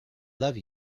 love